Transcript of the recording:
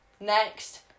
next